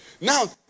Now